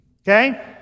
Okay